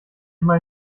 immer